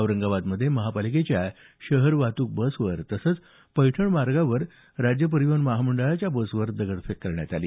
औरंगाबादमध्ये महापालिकेच्या शहर वाहतूक बसवर तसंच पैठण मार्गावर परिवहन महामंडळाच्या बसवर दगडफेक करण्यात आली